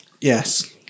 Yes